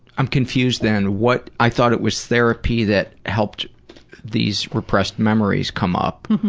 i'm confused then what. i thought it was therapy that helped these repressed memories come up,